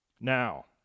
Now